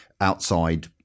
outside